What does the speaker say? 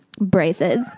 Braces